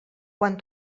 quan